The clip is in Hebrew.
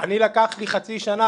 לקח לי חצי שנה,